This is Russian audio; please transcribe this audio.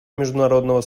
международного